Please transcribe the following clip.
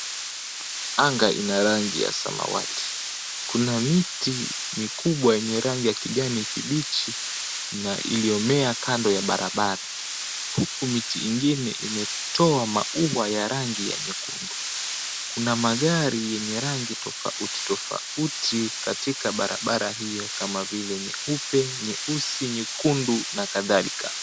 Anga ina rangi ya samawati. Kuna miti mikubwa yenye rangi ya kijani kibichi, na iliyomea kando ya barabara. Huku miti ingine imetoa maua ya rangi ya nyekundu. Kuna magari yenye rangi tofauti katika barabara hiyo, kama vile nyeupe, nyeusi, nyekundu na kadhalika.